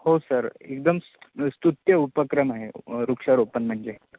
हो सर एकदम स्तुत्य उपक्रम आहे वृक्षारोपण म्हणजे